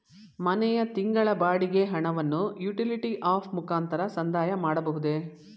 ಮನೆಯ ತಿಂಗಳ ಬಾಡಿಗೆ ಹಣವನ್ನು ಯುಟಿಲಿಟಿ ಆಪ್ ಮುಖಾಂತರ ಸಂದಾಯ ಮಾಡಬಹುದೇ?